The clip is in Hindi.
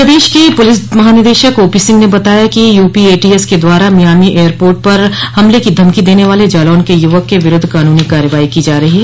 प्रदेश के पुलिस महानिदेशक ओपी सिंह ने बताया कि यपी एटीएस के द्वारा मियामी एयरपोट पर हमले की धमकी देने वाले जालौन के युवक के विरूद्व कानूनी कार्रवाई को जा रही है